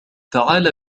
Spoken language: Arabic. تعال